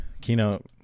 keynote